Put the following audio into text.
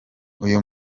uyu